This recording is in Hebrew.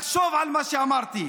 לחשוב על מה שאמרתי.